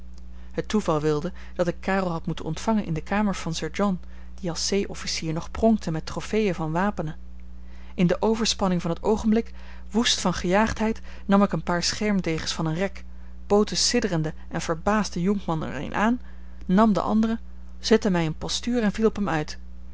het toeval wilde dat ik karel had moeten ontvangen in de kamer van sir john die als zeeofficier nog pronkte met trofeeën van wapenen in de overspanning van t oogenblik woest van gejaagdheid nam ik een paar schermdegens van een rek bood den sidderenden en verbaasden jonkman er een aan nam den anderen zette mij in postuur en viel op hem uit